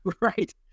Right